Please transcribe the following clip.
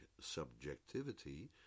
subjectivity